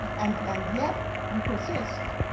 and and yet we persist.